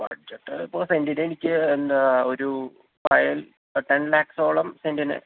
വച്ചിട്ട് ഇപ്പൊൾ സെന്റിനെനിക്കെന്നാൽ ഒരു ഫയൽ റ്റെൻ ലാക്ക്സോളം സെന്റിന്